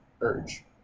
urge